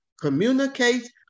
communicate